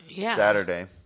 Saturday